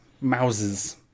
Mouses